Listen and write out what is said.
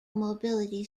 mobility